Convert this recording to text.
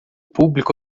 pública